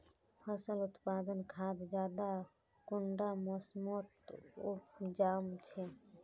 फसल उत्पादन खाद ज्यादा कुंडा मोसमोत उपजाम छै?